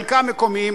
חלקים מקומיים,